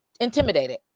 intimidated